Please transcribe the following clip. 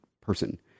person